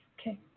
Okay